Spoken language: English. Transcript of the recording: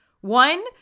One